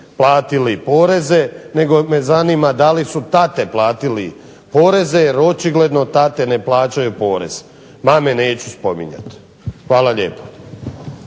platili poreze nego me zanima da li su tate platili poreze jer očigledno tate ne plaćaju porez, mame neću spominjati. Hvala lijepo.